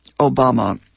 Obama